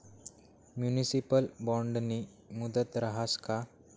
Municipal बॉन्डनी मुदत रहास का?